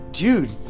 Dude